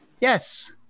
Yes